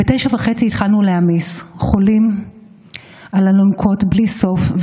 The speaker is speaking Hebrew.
ב-09:30 התחלנו להעמיס חולים על אלונקות בלי סוף,